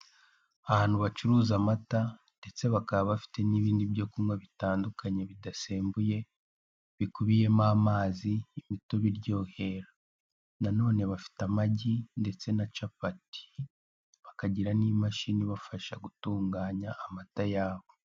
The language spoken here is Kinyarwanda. Ahantu bacuruza amata ndetse bakaba bafite n'ibindi byo kunywa bitandukanye bidasembuye, bikubiyemo amazi, imitobe iryohera. Nanone bafite amagi ndetse na capati, bakagira n'imashini ibafasha gutunganya amata yabo.